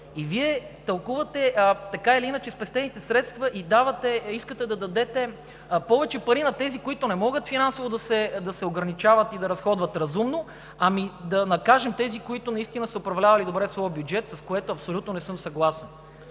Вие тълкувате така или иначе спестените средства – искате да дадете повече пари на тези, които не могат финансово да се ограничават и да разходват разумно, а да накажем онези, които наистина са управлявали добре своя бюджет, с което абсолютно не съм съгласен.